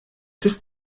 des